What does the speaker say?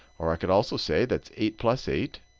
or i could also say that's eight plus eight.